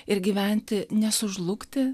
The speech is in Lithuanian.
ir gyventi nesužlugti